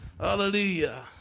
Hallelujah